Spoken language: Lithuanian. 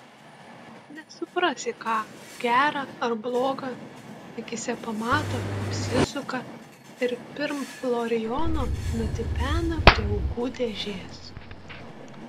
nesuprasi ką gera ar bloga akyse pamato apsisuka ir pirm florijono nutipena prie aukų dėžės